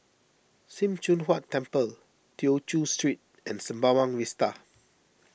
Sim Choon Huat Temple Tew Chew Street and Sembawang Vista